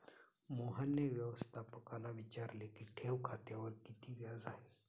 मोहनने व्यवस्थापकाला विचारले की ठेव खात्यावर किती व्याज आहे?